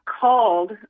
called